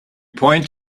point